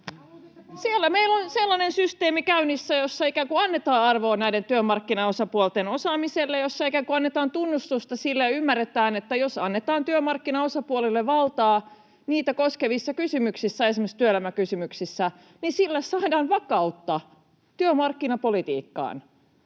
Siellä meillä on sellainen systeemi käynnissä, jossa annetaan arvoa työmarkkinaosapuolten osaamiselle ja jossa annetaan tunnustusta sille ja ymmärretään, että jos annetaan työmarkkinaosapuolille valtaa niitä koskevissa kysymyksissä, esimerkiksi työelämäkysymyksissä, sillä saadaan vakautta työmarkkinapolitiikkaan.